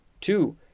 Two